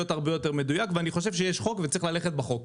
הרבה יותר מדויק ואני חושב שיש חוק וצריך ללכת בחוק.